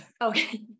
okay